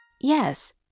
Yes